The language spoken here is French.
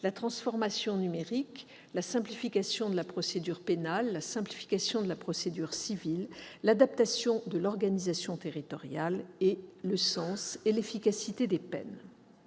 la transformation numérique, la simplification de la procédure pénale, la simplification de la procédure civile, l'adaptation de l'organisation territoriale, le sens et l'efficacité des peines.